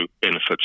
benefits